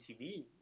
TV